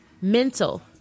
mental